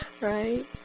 right